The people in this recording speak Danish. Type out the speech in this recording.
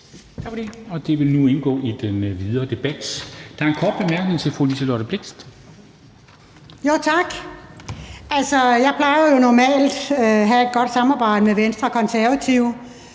Det vil nu indgå i den videre debat. Der er en kort bemærkning til fru Liselott Blixt. Kl. 14:12 Liselott Blixt (DF): Tak. Jeg plejer at have et godt samarbejde med Venstre og Konservative,